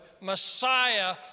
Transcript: Messiah